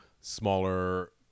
smaller